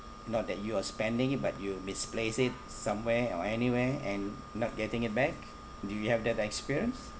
not that you are spending it but you misplaced it somewhere or anywhere and not getting it back do you have that experience